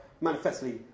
manifestly